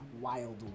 Wild